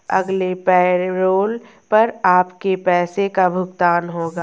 अगले पैरोल पर आपके पैसे का भुगतान होगा